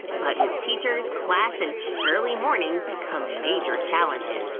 but with teachers, class and early mornings come major challenges.